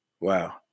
Wow